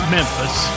Memphis